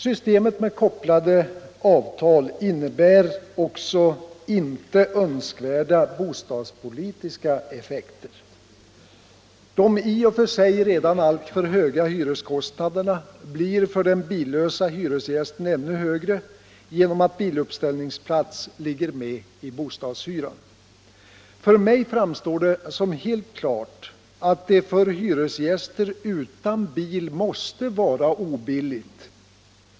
Systemet med kopplade avtal innebär även inte önskvärda bostadspolitiska effekter. De i och för sig redan alltför höga hyreskostnaderna blir för den billösa hyresgästen ännu högre genom att biluppställningsplats ligger med i bostadshyran. För mig framstår det som helt klart att det för hyresgäster utan bil måste vara obilligt.